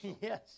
Yes